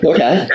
Okay